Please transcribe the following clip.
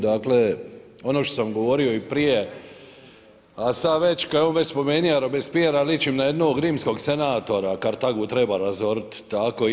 Dakle, ono što sam govorio i prije, a sada već kada je on spomenuo Robespierrea liči mi na jednog rimskog senatora „Kartagu treba razoriti“ tako i ja.